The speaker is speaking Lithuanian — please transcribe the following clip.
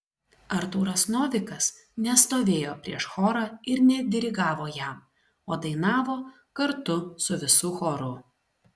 artūras novikas nestovėjo prieš chorą ir nedirigavo jam o dainavo kartu su visu choru